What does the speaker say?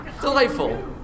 Delightful